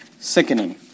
sickening